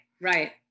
right